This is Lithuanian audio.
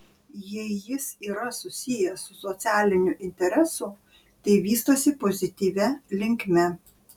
jei jis yra susijęs su socialiniu interesu tai vystosi pozityvia linkme